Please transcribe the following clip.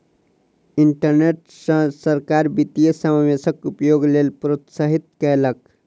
internet सॅ सरकार वित्तीय समावेशक उपयोगक लेल प्रोत्साहित कयलक